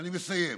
אני מסיים.